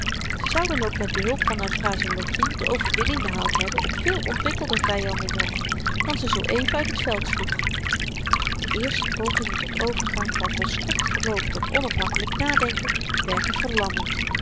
ze zou dan ook met behulp van haar frazeologie de overwinning behaald hebben op veel ontwikkelder vyanden nog dan ze zoo-even uit het veld sloeg de eerste pogingen tot overgang van volstrekt geloof tot onafhankelyk nadenken werken verlammend